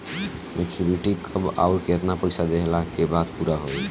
Maturity कब आउर केतना पईसा देहला के बाद पूरा होई?